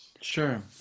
sure